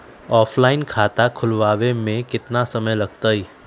Offline खाता खुलबाबे में केतना समय लगतई?